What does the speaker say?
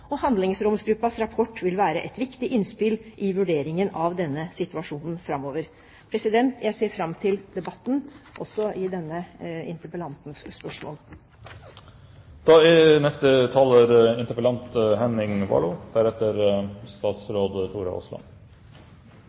og Handlingsromsutvalgets rapport vil være et viktig innspill i vurderingen av denne situasjonen framover. Jeg ser fram til debatten om interpellantens spørsmål. Jeg takker statsråden for hennes innlegg. Jeg er